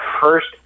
first